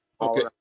Okay